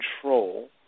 control